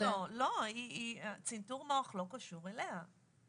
ממש לא, צנתור מוח לא קשור אליה.